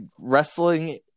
Wrestling